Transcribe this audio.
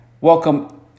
welcome